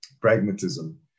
pragmatism